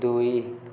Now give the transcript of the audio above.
ଦୁଇ